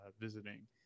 visiting